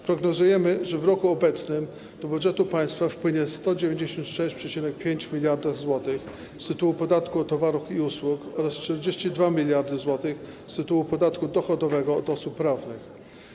Prognozujemy, że w obecnym roku do budżetu państwa wpłynie 196,5 mld zł z tytułu podatku od towarów i usług oraz 42 mld zł z tytułu podatku dochodowego od osób prawnych.